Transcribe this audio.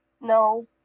No